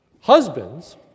husbands